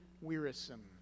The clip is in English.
wearisome